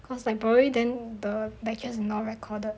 cause like probably then the batches are not recorded